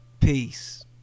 Peace